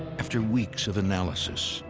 after weeks of analysis,